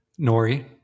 Nori